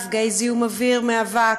מפגעי זיהום אוויר מאבק.